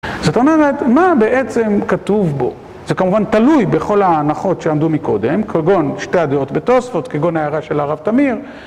זאת אומרת, מה בעצם כתוב בו? זה כמובן תלוי בכל ההנחות שעמדו מקודם כגון שתי הדעות בתוספות, כגון ההערה של הרב תמיר